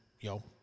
yo